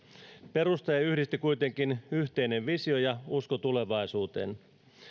perustajia yhdisti kuitenkin yhteinen visio ja usko tulevaisuuteen